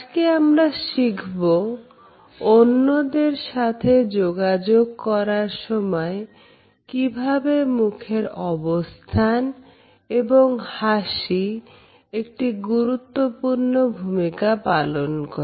আজকে আমরা শিখব অন্যদের সাথে যোগাযোগ করার সময় কিভাবে মুখের অবস্থান এবং হাসি একটি গুরুত্বপূর্ণ ভূমিকা পালন করে